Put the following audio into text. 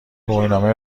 گواهینامه